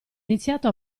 iniziato